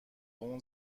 اون